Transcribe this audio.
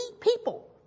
people